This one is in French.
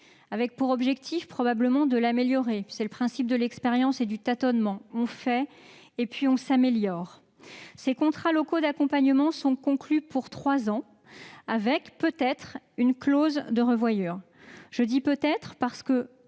avec l'objectif de l'améliorer. C'est le principe de l'expérience et du tâtonnement : on fait, puis on s'améliore. Ces contrats locaux d'accompagnement sont conclus pour trois ans, avec, peut-être, une clause de rendez-vous. « Peut-être » parce que,